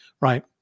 right